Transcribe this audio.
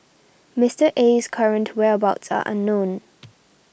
Mister Aye's current whereabouts are unknown